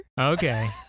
Okay